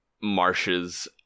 marshes